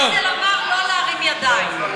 לא להרים ידיים.